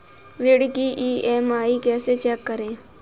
ऋण की ई.एम.आई कैसे चेक करें?